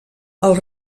els